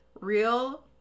Real